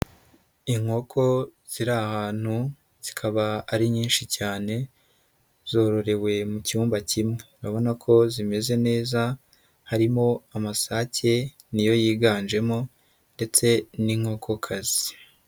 Inkoko ziri ahantu zikaba ari nyinshi cyane zororewe mu cyumba kimwe, urabona ko zimeze neza harimo amasake ni yo yiganjemo ndetse n'inkokokazi.